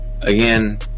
again